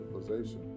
civilization